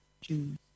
Jews